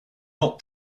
not